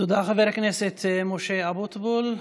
תודה, חבר הכנסת משה אבוטבול.